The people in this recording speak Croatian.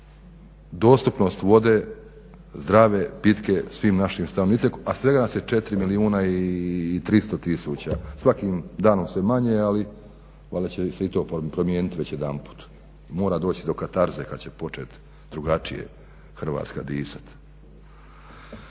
dostupnost vode, zdrave, pitke svim našim stanovnicima a svega nas je 4 milijuna i 300 tisuća svakim danom sve manje ali valjda će se i to promijeniti već jedanput, mora doć do Katarze kad će počet drugačije Hrvatska disat.